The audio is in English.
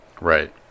Right